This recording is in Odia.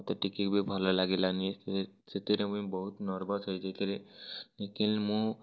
ମୋତେ ଟିକେ ବି ଭଲ ଲାଗିଲାନି ସେଥିରେ ମୁଇଁ ବହୁତ ନର୍ଭସ୍ ହୋଇଯାଇଥିଲି ଲେକିନ୍ ମୁଁ